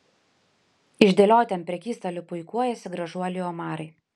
išdėlioti ant prekystalių puikuojasi gražuoliai omarai